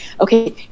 okay